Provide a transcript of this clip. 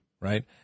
Right